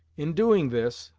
in doing this,